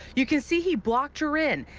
you can see he blocked her in.